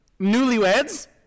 newlyweds